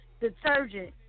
detergent